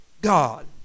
God